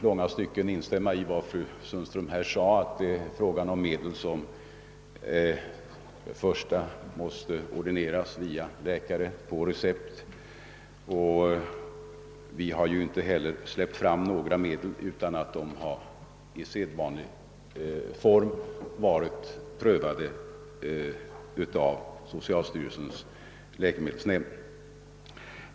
Jag vill instämma i fru Sundströms framhållande av att p-pillren måste ordineras av läkare. Vi har ju inte heller tillåtit användning av några medel utan att dessa i sedvanlig ordning prövats av socialstyrelsens läkemedelsnämnd.